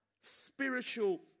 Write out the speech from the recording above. spiritual